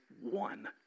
one